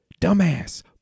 dumbass